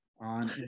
on